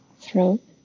throat